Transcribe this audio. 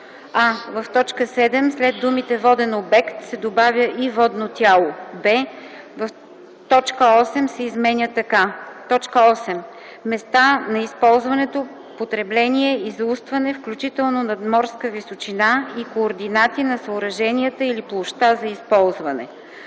а) в т. 7 след думите „воден обект” се добавя „и водно тяло”; б) точка 8 се изменя така: „8. места на използването, потребление и заустване, включително надморска височина и координати на съоръженията или площта за използване;”.